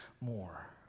more